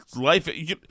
life